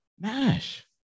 mash